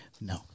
No